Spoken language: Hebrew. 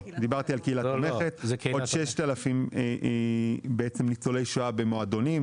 עוד 6000 ניצולי שואה במועדונים,